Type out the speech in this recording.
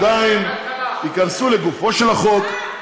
עדיין ייכנסו לגופו של החוק,